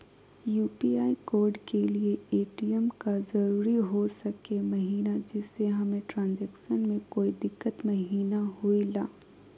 UPI code के लिए ATM का जरूरी हो सके महिना जिससे हमें ट्रांजैक्शन में कोई दिक्कत महिना हुई ला?